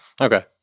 Okay